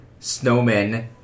snowmen